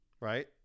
right